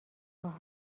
خواهد